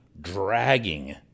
dragging